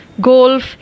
golf